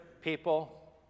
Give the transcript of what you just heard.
people